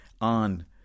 on